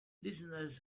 listeners